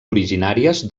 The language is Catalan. originàries